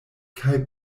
kaj